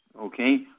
Okay